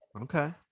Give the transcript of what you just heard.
okay